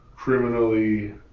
criminally